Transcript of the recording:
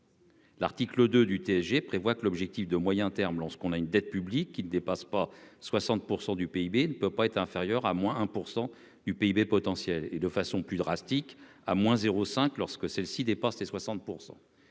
L'article 2 du TSG prévoit que l'objectif de moyen terme, lorsqu'on a une dette publique qui ne dépasse pas 60 % du PIB ne peut pas être inférieur à moins 1 % du PIB potentiel et de façon plus drastiques à moins 0 5 lorsque celle-ci dépasse les 60 %.